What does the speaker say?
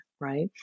right